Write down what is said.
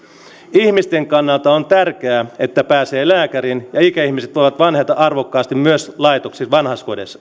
ihmisten kannalta on tärkeää että pääsee lääkäriin ja että ikäihmiset voivat vanheta arvokkaasti myös vanhainkodeissa